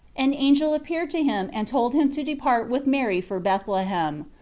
an angel appeared to him and told him to depart with mary for bethlehem,